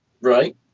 Right